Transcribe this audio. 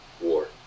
war